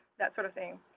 that sort of thing.